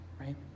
right